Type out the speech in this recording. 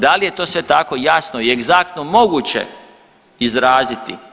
Da li je to sve tako jasno i egzaktno moguće izraziti?